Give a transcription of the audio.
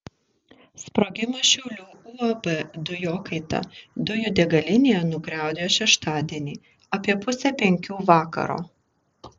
sprogimas šiaulių uab dujokaita dujų degalinėje nugriaudėjo šeštadienį apie pusę penkių vakaro